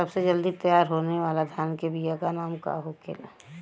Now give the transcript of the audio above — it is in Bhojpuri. सबसे जल्दी तैयार होने वाला धान के बिया का का नाम होखेला?